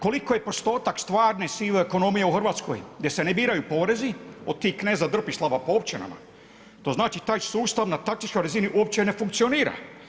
Koliki je postotak stvarne, sive ekonomije u Hrvatskoj gdje se ne biraju porezi od tih kneza Drpislava po općinama to znači taj sustav na taktičkoj razini uopće ne funkcionira.